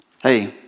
Hey